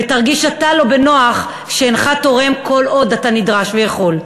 ותרגיש אתה לא בנוח שאינך תורם כל עוד אתה נדרש ויכול.